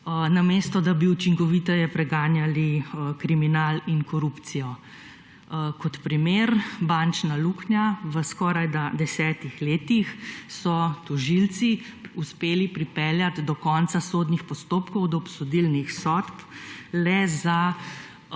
namesto, da bi učinkoviteje preganjali kriminal in korupcijo kot primer bančna luknja v skoraj, da 10 letih so tožilci uspeli pripeljati do konca sodnih postopkov do obsodilnih sodb le za